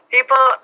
People